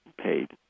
paid